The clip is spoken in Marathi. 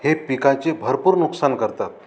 हे पिकाचे भरपूर नुकसान करतात